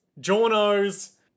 Jorno's